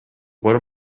what